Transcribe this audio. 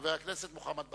חבר הכנסת מוחמד ברכה.